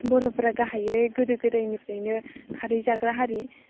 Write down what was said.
बर'फ्रा गाहायै गोदो गोदायनिफ्रायनो खारै जाग्रा हारि